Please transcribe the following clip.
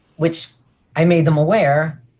which i made them aware,